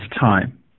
time